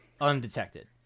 undetected